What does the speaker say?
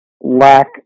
lack